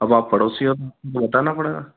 अब आप पड़ोसी अब बताना पड़ेगा